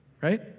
right